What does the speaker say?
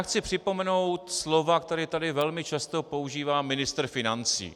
Chci připomenout slova, která tady velmi často používá ministr financí.